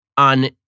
on